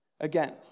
again